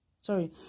Sorry